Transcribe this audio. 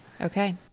Okay